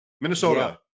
Minnesota